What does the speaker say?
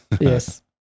Yes